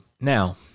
Now